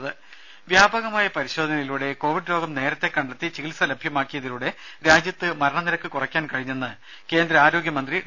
രുഭ വ്യാപകമായ പരിശോധനയിലൂടെ കോവിഡ് രോഗം നേരത്തെ കണ്ടെത്തി ചികിത്സ ലഭ്യമാക്കിയതിലൂടെ രാജ്യത്ത് മരണനിരക്ക് കുറക്കാൻ കഴിഞ്ഞെന്ന് കേന്ദ്ര ആരോഗ്യ മന്ത്രി ഡോ